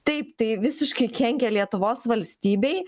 taip tai visiškai kenkia lietuvos valstybei